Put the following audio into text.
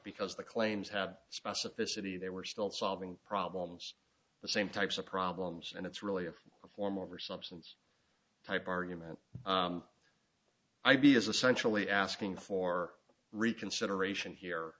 because the claims had specificity there were still solving problems the same types of problems and it's really a form over substance type argument i be is essentially asking for reconsideration here